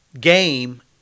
game